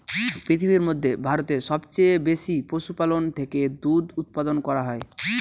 পৃথিবীর মধ্যে ভারতে সবচেয়ে বেশি পশুপালন থেকে দুধ উপাদান করা হয়